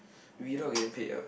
we don't get paid ah